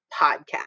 podcast